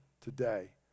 today